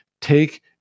Take